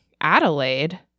Adelaide